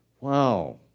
Wow